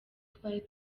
twari